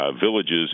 villages